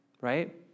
right